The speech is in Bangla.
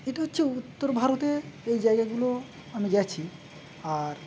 এটা হচ্ছে উত্তর ভারতে এই জায়গাগুলো আমি গিয়েছি আর